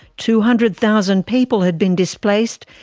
two hundred thousand people had been displaced,